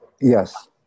Yes